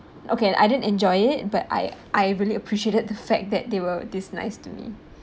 okay I didn't enjoy it but I I really appreciated the fact that they were this nice to me